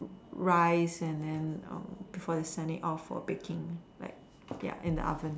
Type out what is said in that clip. rice and then um before they send it off for baking like ya in the oven